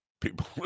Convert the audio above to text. people